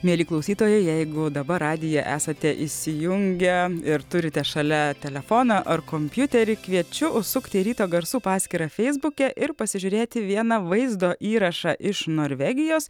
mieli klausytojai jeigu dabar radiją esate įsijungę ir turite šalia telefoną ar kompiuterį kviečiu užsukti į ryto garsų paskyrą feisbuke ir pasižiūrėti vieną vaizdo įrašą iš norvegijos